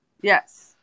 Yes